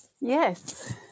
Yes